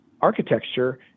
architecture